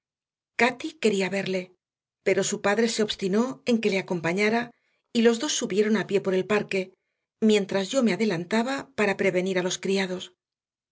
cati quería verle pero su padre se obstinó en que le acompañara y los dos subieron a pie por el parque mientras yo me adelantaba para prevenir a los criados